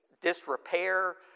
disrepair